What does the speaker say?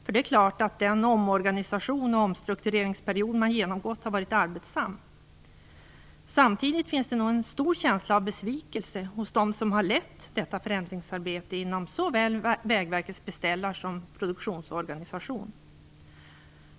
För det är klart att den omorganisation och omstruktureringsperiod man genomgått har varit arbetsam. Samtidigt finns det nog en stor känsla av besvikelse hos dem som har lett detta förändringsarbete inom såväl Vägverkets beställarorganisation som inom dess produktionsorganisation.